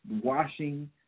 washing